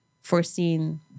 foreseen